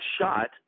shot